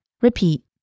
Repeat